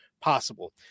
possible